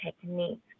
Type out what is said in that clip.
techniques